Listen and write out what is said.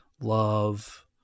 love